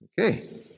Okay